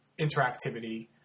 interactivity